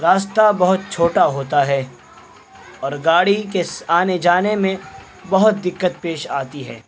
راستہ بہت چھوٹا ہوتا ہے اور گاڑی کے آنے جانے میں بہت دقت پیش آتی ہے